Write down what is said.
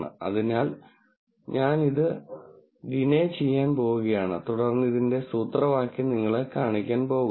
അതിനാൽ ഞാൻ ഇത് ഡിനേ ചെയ്യാൻ പോകുകയാണ് തുടർന്ന് ഇതിന്റെ സൂത്രവാക്യം നിങ്ങളെ കാണിക്കാൻ പോകുന്നു